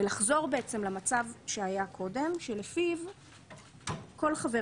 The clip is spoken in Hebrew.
לחזור בעצם למצב שהיה קודם לפיו כל חבר